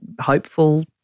hopeful